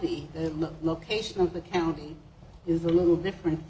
the location of the county is a little different